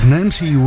Nancy